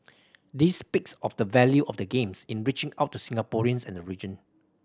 this speaks of the value of the Games in reaching out to Singaporeans and the region